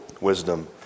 wisdom